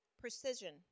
precision